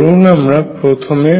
ধরুন আমরা প্রথমে